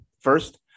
First